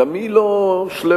גם היא לא שלמה.